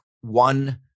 one